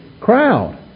crowd